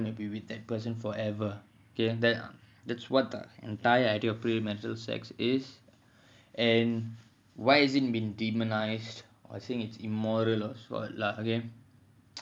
I this is my husband this my wife and I'm gonna be with that person forever okay then that that's what the entire idea of pre marital sex is and why has it been demonized I think it's immoral